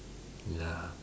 ya